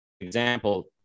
example